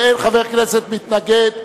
ואין חבר כנסת מתנגד,